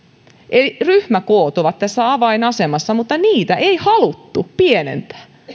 ryhmäkoot ovat tässä avainasemassa mutta niitä ei haluttu pienentää